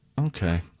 okay